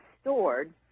stored